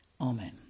Amen